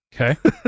Okay